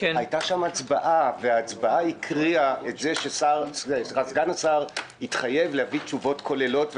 הייתה שם הצבעה על כך שסגן השר התחייב להביא תשובות כוללות,